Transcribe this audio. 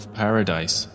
paradise